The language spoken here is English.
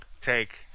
take